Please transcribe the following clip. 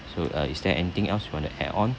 so uh is there anything else you want to add on